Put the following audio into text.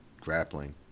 grappling